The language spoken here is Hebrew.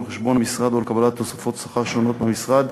על חשבון המשרד או לקבלת תוספות שכר שונות מהמשרד,